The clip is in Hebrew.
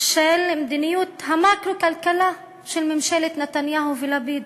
של מדיניות המקרו-כלכלה של ממשלת נתניהו ולפיד?